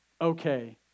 okay